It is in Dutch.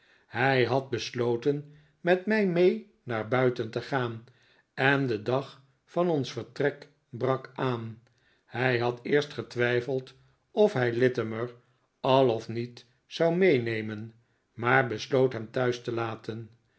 hij had besloten met mij mee naar buiten te gaan en de dag van ons vertrek brak aan hij had eerst getwijfeld of hij littimer al of niet zou meenemen maar besloot hem thuis te laten